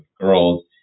girls